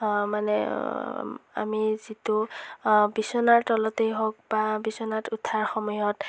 মানে আমি যিটো বিছনাৰ তলতেই হওক বা বিছনাত উঠা সময়ত